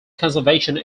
conservation